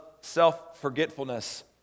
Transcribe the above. self-forgetfulness